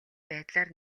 байдлаар